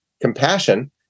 compassion